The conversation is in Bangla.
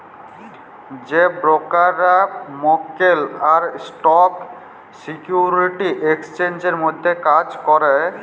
যে ব্রকাররা মক্কেল আর স্টক সিকিউরিটি এক্সচেঞ্জের মধ্যে কাজ ক্যরে